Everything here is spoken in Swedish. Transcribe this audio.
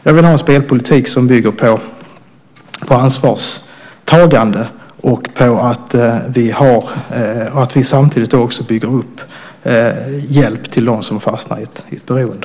Jag vill ha en spelpolitik som bygger på ansvarstagande och på att vi samtidigt bygger upp hjälp till dem som har fastnat i ett beroende.